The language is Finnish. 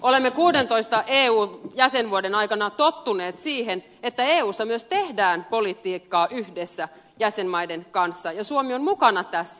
olemme kuudentoista eu jäsenvuoden aikana tottuneet siihen että eussa myös tehdään politiikkaa yhdessä jäsenmaiden kanssa ja suomi on mukana tässä